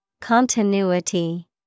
Continuity